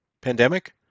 Pandemic